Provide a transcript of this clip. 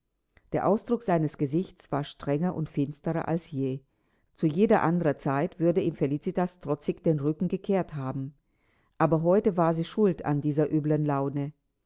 der ausdruck seines gesichts war strenger und finsterer als je zu jeder anderen zeit würde ihm felicitas trotzig den rücken gekehrt haben aber heute war sie schuld an dieser üblen laune